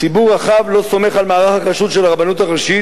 ציבור רחב לא סומך על מערך הכשרות של הרבנות הראשית